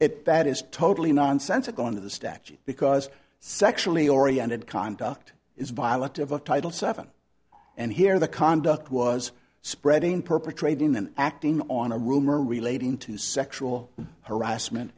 it that is totally nonsensical under the statute because sexually oriented conduct is violent of a title seven and here the conduct was spreading perpetrating then acting on a rumor relating to sexual harassment